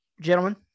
gentlemen